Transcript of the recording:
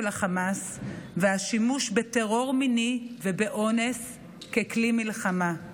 החמאס והשימוש בטרור מיני ובאונס ככלי מלחמה.